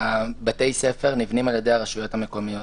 בתי הספר נבנים על ידי הרשויות המקומיות,